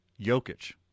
Jokic